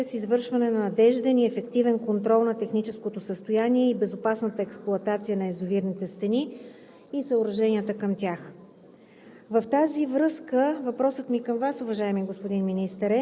както и за осигуряване на безопасна експлоатация на язовирите чрез извършване на надежден и ефективен контрол на техническото състояние и безопасната експлоатация на язовирните стени и съоръженията към тях.